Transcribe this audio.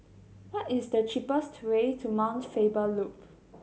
what is the cheapest to way to Mount Faber Loop